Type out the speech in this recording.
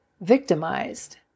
victimized